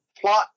plot